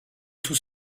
tout